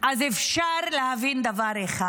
אז אפשר להבין דבר אחד: